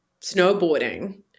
snowboarding